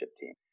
team